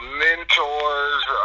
mentors